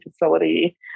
facility